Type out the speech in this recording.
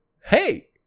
hey